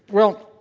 well,